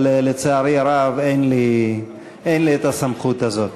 אבל, לצערי הרב, אין לי הסמכות הזאת.